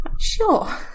sure